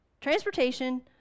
transportation